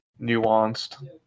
nuanced